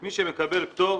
מי שקיבל פטור,